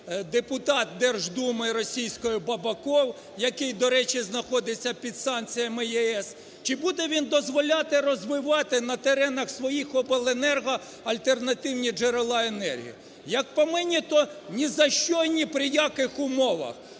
депутат Держдуми російськоїБабаков, який, до речі, знаходиться під санкціями ЄС, чи буде він дозволяти розвивати на теренах своїх обленерго альтернативні джерела енергії? Як по мені, то ні за що і ні при яких умовах,